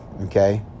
okay